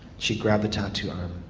she grabbed the tattooed arm.